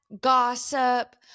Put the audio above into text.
gossip